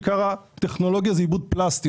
עיקר הטכנולוגיה אצלי זה עיבוד פלסטי,